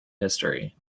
history